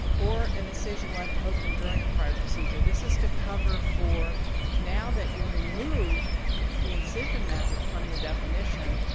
or an incision left open during a prior procedure. this is to cover for now that you remove the incision method from your definition,